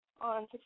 on